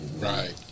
Right